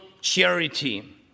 charity